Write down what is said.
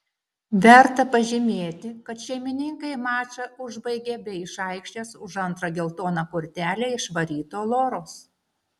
verta pažymėti kad šeimininkai mačą užbaigė be iš aikštės už antrą geltoną kortelę išvaryto loros